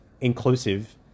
inclusive